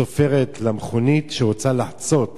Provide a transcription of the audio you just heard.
צופרת למכונית שרוצה לחצות